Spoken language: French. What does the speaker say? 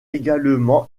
également